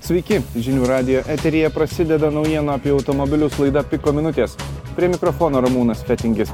sveiki žinių radijo eteryje prasideda naujienų apie automobilius laida piko minutės prie mikrofono ramūnas fetingis